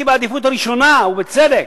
מבחינתי אולי בעדיפות ראשונה, ובצדק,